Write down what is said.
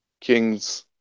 Kings